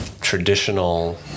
traditional